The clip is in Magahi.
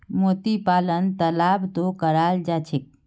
मोती पालन तालाबतो कराल जा छेक